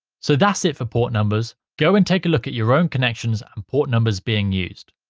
so that's it for port numbers go and take a look at your own connections and port numbers being used.